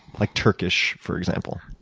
like turkish, for example.